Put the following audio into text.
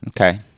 Okay